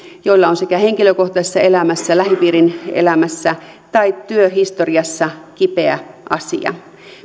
joilla on sekä henkilökohtaisessa elämässä lähipiirin elämässä tai työhistoriassa kipeä asia